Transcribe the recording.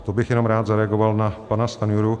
To bych jenom rád zareagoval na pana Stanjuru.